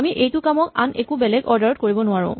আমি এইটো কাম আন একো বেলেগ অৰ্ডাৰ ত কৰিব নোৱাৰো